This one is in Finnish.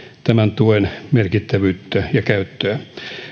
tämän tuen merkittävyyttä ja käyttöä